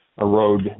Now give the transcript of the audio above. erode